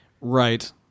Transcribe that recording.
Right